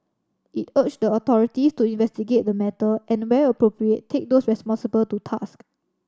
it urged the authorities to investigate the matter and where appropriate take those responsible to task